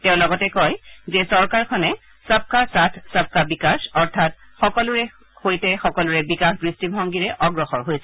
তেওঁ লগতে কয় যে চৰকাৰখনে সবকা সাথ সবকা বিকাশ অৰ্থাৎ সকলোৰে সৈতে সকলোৰে বিকাশ দৃষ্টিভংগীৰে অগ্ৰসৰ হৈছে